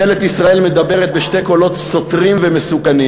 ממשלת ישראל מדברת בשני קולות סותרים ומסוכנים